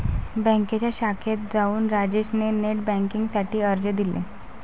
बँकेच्या शाखेत जाऊन राजेश ने नेट बेन्किंग साठी अर्ज दिले